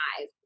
eyes